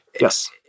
Yes